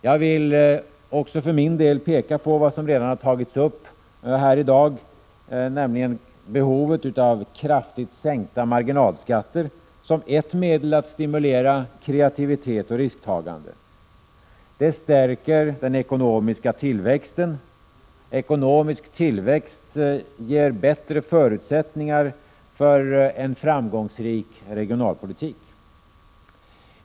Jag vill också för min del peka på något som redan har tagits upp här i dag, nämligen behovet av kraftigt sänkta marginalskatter som ett medel att stimulera kreativitet och risktagande. Det stärker den ekonomiska tillväxten. Ekonomisk tillväxt ger bättre förutsättningar för en framgångsrik regionalpolitik.